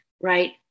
right